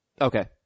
Okay